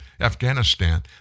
Afghanistan